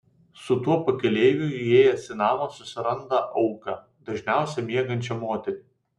su tuo pakeleiviu įėjęs į namą susiranda auką dažniausiai miegančią moterį